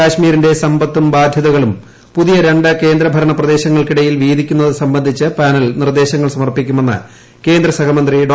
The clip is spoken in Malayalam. കശ്മീരിന്റെ സ്സ്വത്തും ബാധൃതകളും പുതിയ രണ്ട് കേന്ദ്ര ഭരണ പ്രദേശങ്ങൾക്കിടയിൽ വീതിക്കുന്നത് സംബന്ധിച്ച് പാനൽ നിർദ്ദേശങ്ങൾ സമർപ്പിക്കുമെന്ന് കേന്ദ്ര സഹമന്ത്രി ഡോ